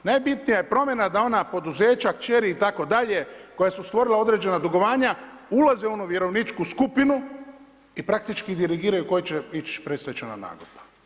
Najbitnija je promjena da ona poduzeća kćeri itd. koja su stvorila određena dugovanja ulaze u onu vjerovničku skupinu i praktički dirigiraju koji će ići predstečajna nagodba.